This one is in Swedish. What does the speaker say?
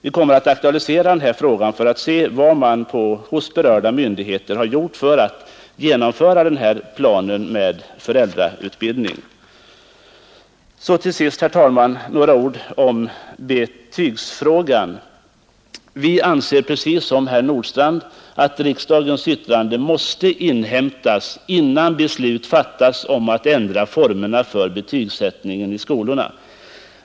Vi kommer att aktualisera den här frågan för att se vad man hos berörda myndigheter har gjort för att genomföra planen på föräldrautbildning. Så till sist, herr talman, några ord om betygsfrågan. Vi anser — precis som herr Nordstrandh — att riksdagens yttrande måste inhämtas innan beslut fattas om att ändra formerna för betygsättningen i skolorna.